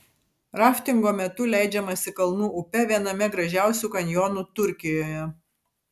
raftingo metu leidžiamasi kalnų upe viename gražiausių kanjonų turkijoje